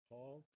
Paul